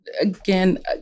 Again